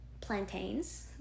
Plantains